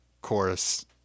chorus